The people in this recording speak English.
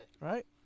Right